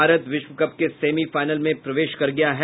भारत विश्व कप के सेमीफाइनल में प्रवेश कर गया है